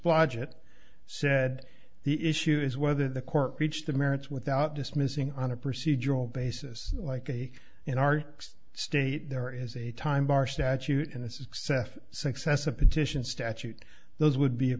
blodgett said the issue is whether the court reached the merits without dismissing on a procedural basis like a in our state there is a time our statute in a success if success a petition statute those would be a